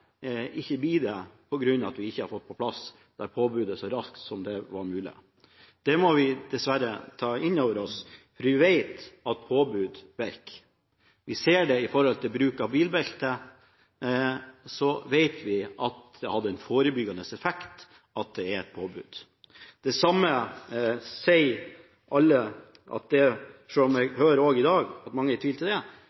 ikke blir det på grunn av at vi ikke får plass det påbudet så raskt som mulig. Det må vi dessverre ta inn over oss. For vi vet at påbud virker. Vi ser det når det gjelder bruk av bilbelte, det har hatt en forebyggende effekt at det er et påbud. Man mener at det samme vil skje når det gjelder bruk av flytevest, selv om jeg